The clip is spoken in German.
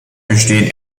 bestehen